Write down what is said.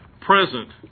present